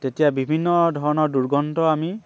তেতিয়া বিভিন্ন ধৰণৰ দুৰ্গন্ধ আমি